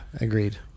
agreed